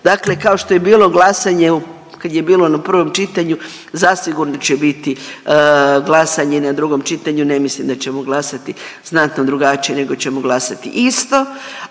Dakle kao što je bilo glasanje u, kad je bilo na prvom čitanju, zasigurno će biti glasanje na drugom čitanju, ne mislim da ćemo glasati znatno drugačije nego ćemo glasati isto,